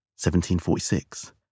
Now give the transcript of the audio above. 1746